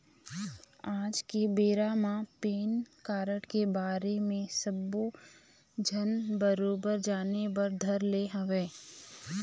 आज के बेरा म पेन कारड के बारे म सब्बो झन बरोबर जाने बर धर ले हवय